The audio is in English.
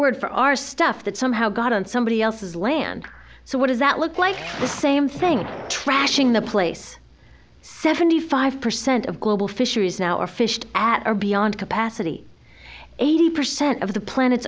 word for our stuff that somehow got on somebody else's land so what does that look like the same thing trashing the place seventy five percent of global fisheries now are fished at or beyond capacity eighty percent of the plan